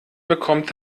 bekommt